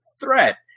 threat